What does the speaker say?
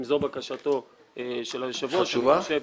אם זו בקשתו של היושב-ראש.